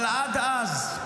אבל עד אז,